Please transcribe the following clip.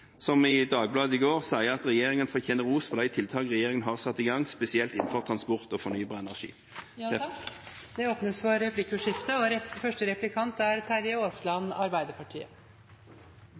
i Dagbladet i går sier at regjeringen fortjener ros for de tiltakene regjeringen har satt i gang, spesielt innenfor transport og fornybar energi. Det blir replikkordskifte. Noe av bakteppet for